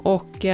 Och